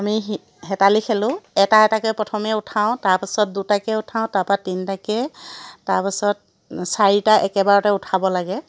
আমি হেতালি খেলোঁ এটা এটাকৈ প্ৰথমে উঠাওঁ তাৰপাছত দুটাকৈ উঠাওঁ তাপা তিনিটাকৈ তাৰপাছত চাৰিটা একেবাৰতে উঠাব লাগে